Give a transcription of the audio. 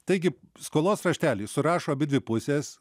taigi skolos raštelį surašo abidvi pusės